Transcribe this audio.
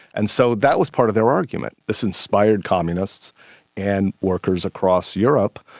and so that was part of their argument, this inspired communists and workers across europe.